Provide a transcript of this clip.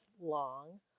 long